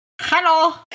Hello